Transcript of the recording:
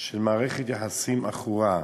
של מערכת יחסים עכורה.